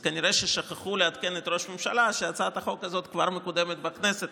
אז כנראה ששכחו לעדכן את ראש הממשלה שהצעת החוק הזאת כבר מקודמת בכנסת.